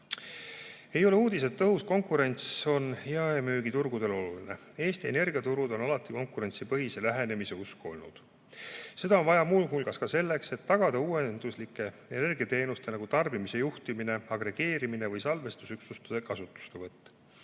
Ei ole uudis, et tõhus konkurents on jaemüügiturgudel oluline. Eesti energiaturud on alati konkurentsipõhise lähenemise usku olnud. Seda on vaja muu hulgas selleks, et tagada uuenduslike energiateenuste nagu tarbimise juhtimise, agregeerimise või salvestusüksuste kasutuselevõtt.